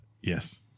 Yes